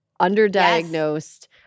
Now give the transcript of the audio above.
underdiagnosed